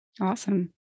Awesome